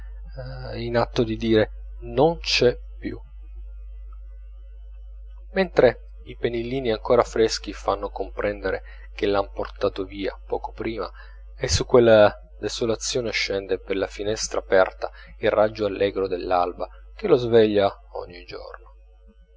rozze in atto di dire non c'è più mentre i pannilini ancora freschi fanno comprendere che l'han portato via poco prima e su quella desolazione scende per la finestra aperta il raggio allegro dell'alba che lo svegliava ogni giorno